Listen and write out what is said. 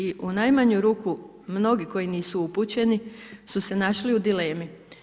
I u najmanju ruku mnogi koji nisu upućeni su se našli u dilemi.